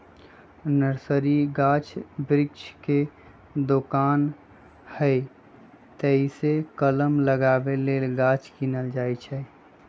nursery गाछ वृक्ष के दोकान हइ एतहीसे कलम लगाबे लेल गाछ किनल जाइ छइ